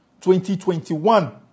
2021